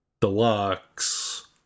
Deluxe